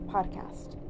Podcast